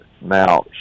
now